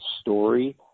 story